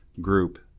group